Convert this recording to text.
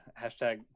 hashtag